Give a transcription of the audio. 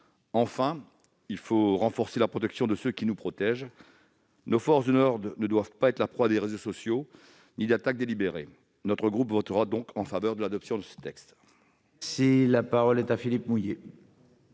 Enfin, il faut renforcer la protection de ceux qui nous protègent. Nos forces de l'ordre ne doivent pas être la proie des réseaux sociaux ni d'attaques délibérées. Notre groupe votera ce texte. La parole est à M. Philippe Mouiller,